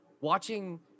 watching